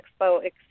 Expo